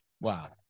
Wow